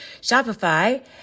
Shopify